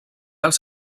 els